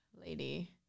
lady